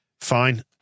Fine